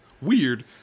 weird